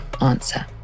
answer